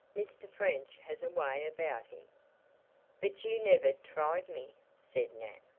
mr. french has a way about him but you never tried me, said nat,